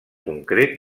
concret